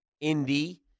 Indy